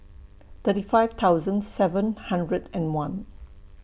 thirty five thousand seven hundred and one